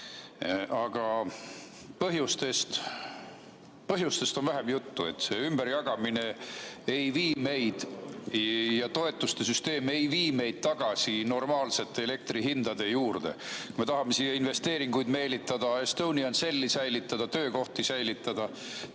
aga põhjustest on vähem juttu. See ümberjagamine ja toetuste süsteem ei vii meid tagasi normaalsete elektrihindade juurde, kui me tahame siia investeeringuid meelitada, Estonian Celli säilitada ja töökohti säilitada.